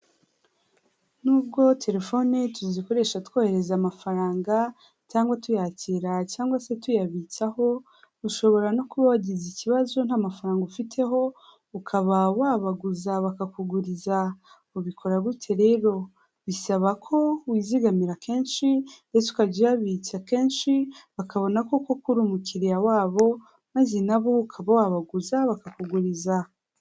Nubwo telefone tuzikoresha twohereza amafaranga cyangwa tuyakira cyangwa se tuyabitsaho, ushobora no kuba wagize ikibazo nta mafaranga ufiteho ukaba wabaguza bakakuguriza. Ubikora butyo rero, bisaba ko wizigamira kenshi ndetse ukajyabitsa akenshi, bakabona ko koko uri umukiriya wabo, maze na bo ukaba wabaguza bakakuguriza.